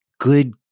good